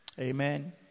Amen